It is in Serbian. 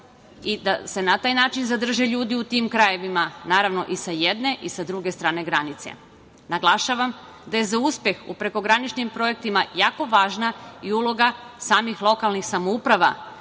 i da se na taj način zadrže ljudi u tim krajevima, naravno, i sa jedne i sa druge strane granice. Naglašavam da je za uspeh u prekograničnim projektima jako važna i uloga samih lokalnih samouprava,